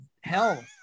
hell